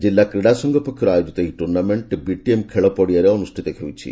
କିଲ୍ଲା କ୍ରୀଡ଼ା ସଂଘ ପକ୍ଷରୁ ଆୟୋଜିତ ଏହି ଟୁର୍ଣ୍ଣାମେଣ୍ ବିଟିଏମ୍ ଖେଳ ପଡ଼ିଆଠାରେ ଅନୁଷିତ ହେଉଛି